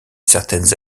certaines